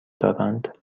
دارند